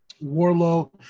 Warlow